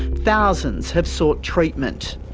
thousands have sought treatment.